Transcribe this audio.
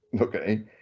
okay